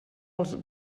els